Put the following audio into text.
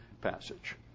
passage